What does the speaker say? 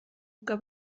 que